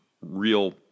real